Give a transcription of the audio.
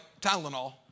Tylenol